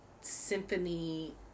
symphony